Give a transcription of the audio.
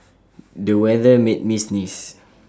the weather made me sneeze